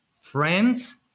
friends